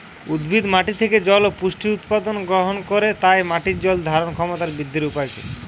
উদ্ভিদ মাটি থেকে জল ও পুষ্টি উপাদান গ্রহণ করে তাই মাটির জল ধারণ ক্ষমতার বৃদ্ধির উপায় কী?